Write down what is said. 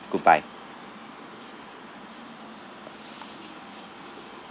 goodbye